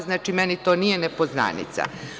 Znači, meni to nije nepoznanica.